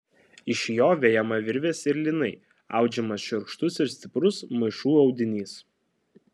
iš jo vejama virvės ir lynai audžiamas šiurkštus ir stiprus maišų audinys